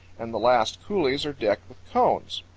and the last coulees are decked with cones.